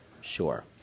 Sure